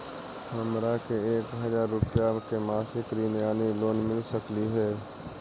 हमरा के एक हजार रुपया के मासिक ऋण यानी लोन मिल सकली हे?